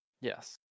yes